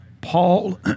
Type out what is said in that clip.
Paul